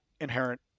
inherent